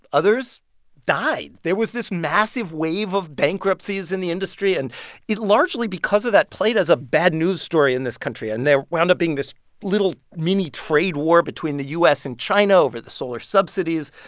others died. there was this massive wave of bankruptcies in the industry. and it largely, because of that, played as a bad news story in this country, and there wound up being this little, mini trade war between the u s. and china over the solar subsidies.